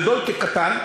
גדול כקטן,